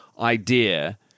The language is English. idea